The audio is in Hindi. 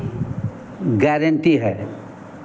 गेरंटी है